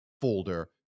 folder